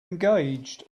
engaged